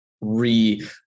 re